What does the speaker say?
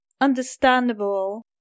understandable